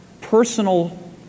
personal